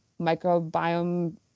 microbiome